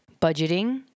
budgeting